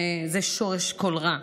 זה שורש כל רע.